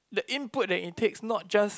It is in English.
the input that it takes not just